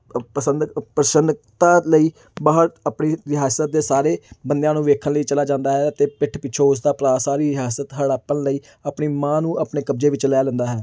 ਅ ਪਸੰਦ ਅ ਪ੍ਰਸੰਨਤਾ ਲਈ ਬਾਹਰ ਆਪਣੀ ਰਿਆਸਤ ਦੇ ਸਾਰੇ ਬੰਦਿਆਂ ਨੂੰ ਵੇਖਣ ਲਈ ਚਲਾ ਜਾਂਦਾ ਹੈ ਅਤੇ ਪਿੱਠ ਪਿੱਛੋਂ ਉਸ ਦਾ ਭਰਾ ਸਾਰੀ ਰਿਆਸਤ ਹੜੱਪਣ ਲਈ ਆਪਣੀ ਮਾਂ ਨੂੰ ਆਪਣੇ ਕਬਜ਼ੇ ਵਿੱਚ ਲੈ ਲੈਂਦਾ ਹੈ